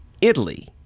Italy